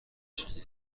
شنیدم